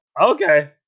Okay